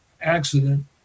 accident